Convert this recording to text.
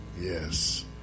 yes